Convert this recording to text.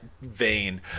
vein